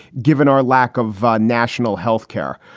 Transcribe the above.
given our lack of national health care.